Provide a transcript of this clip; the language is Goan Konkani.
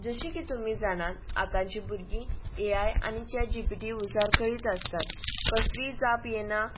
जशी की तुमी जाणान आतांची भुरगीं ए आय आनी चेट जी पी टी उजार करीत आसतात कसलीय जाप येना